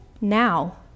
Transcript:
now